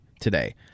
today